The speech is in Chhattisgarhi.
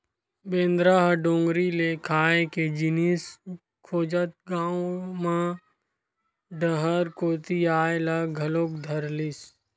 बेंदरा ह डोगरी ले खाए के जिनिस खोजत गाँव म डहर कोती अये ल घलोक धरलिस